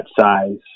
size